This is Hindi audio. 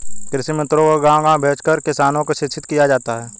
कृषि मित्रों को गाँव गाँव भेजकर किसानों को शिक्षित किया जाता है